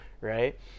right